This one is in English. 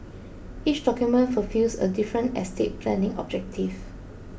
each document fulfils a different estate planning objective